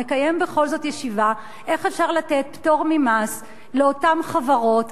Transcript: מקיים בכל זאת ישיבה איך אפשר לתת פטור ממס לאותן חברות,